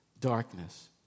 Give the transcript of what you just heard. darkness